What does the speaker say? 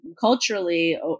culturally